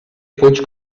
fuig